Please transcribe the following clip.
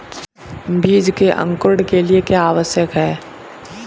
बीज के अंकुरण के लिए क्या आवश्यक है?